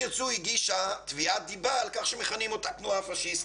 על כך שמכנים אותה תנועה פשיסטית.